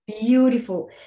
Beautiful